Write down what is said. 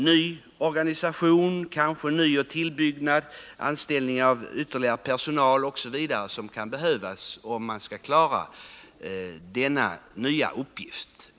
Ny organisation, kanske nyoch tillbyggnader, anställning av ytterligare personal kan behövas, om man skall kunna klara denna nya uppgift.